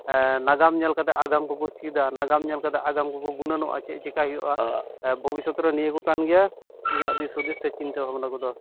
ᱱᱟᱜᱟᱢ ᱧᱮᱞ ᱠᱟᱛᱮ ᱟᱜᱟᱢ ᱠᱚᱠᱚ ᱪᱤᱫᱟ ᱱᱟᱜᱟᱢ ᱧᱮᱞ ᱠᱟᱛᱮ ᱟᱜᱟᱢ ᱠᱚᱠᱚ ᱜᱩᱱᱟᱹᱱᱚᱜᱼᱟ ᱪᱮᱫ ᱪᱤᱠᱟᱹᱭ ᱦᱩᱭᱩᱜᱟ ᱵᱷᱚᱵᱤᱥᱥᱚᱛ ᱨᱮ ᱱᱤᱭᱟᱹ ᱠᱚ ᱠᱟᱱ ᱜᱤᱭᱟ ᱤᱧᱟᱹᱜ ᱫᱤᱥ ᱦᱩᱫᱤᱥ ᱥᱮ ᱪᱤᱱᱛᱟᱹ ᱵᱷᱟᱵᱽᱱᱟ ᱠᱚᱫᱚ